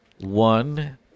one